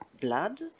blood